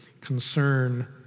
concern